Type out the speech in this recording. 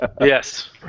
Yes